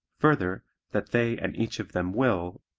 further, that they and each of them will,